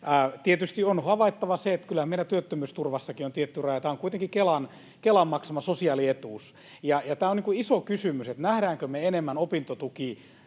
Tietysti on havaittava se, että kyllähän meidän työttömyysturvassakin on tietty raja. Tämä on kuitenkin Kelan maksama sosiaalietuus, ja on iso kysymys, nähdäänkö me opintotuki